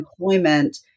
employment